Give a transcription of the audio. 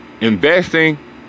investing